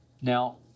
Now